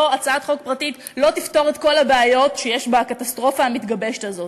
הצעת חוק פרטית לא תפתור את כל הבעיות שיש בקטסטרופה המתגבשת הזאת.